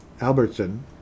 Albertson